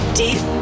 deep